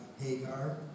Hagar